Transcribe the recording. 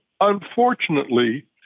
Unfortunately